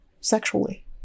sexually